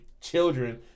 children